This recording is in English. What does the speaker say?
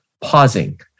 pausing